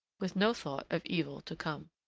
with no thought of evil to come.